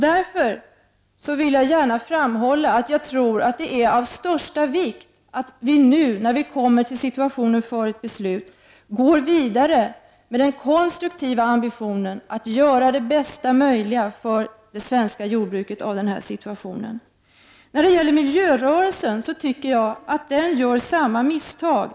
Därför vill jag gärna framhålla att det är av största vikt att vi nu, när vi skall fatta beslut, går vidare med den konstruktiva ambitionen att göra det bästa möjliga för det svenska jordbruket. Miljörörelsen gör samma misstag, tycker jag.